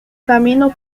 camino